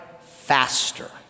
faster